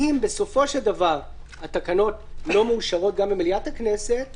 אם בסופו של דבר התקנות לא מאושרות גם במליאת הכנסת,